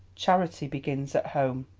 charity begins at home.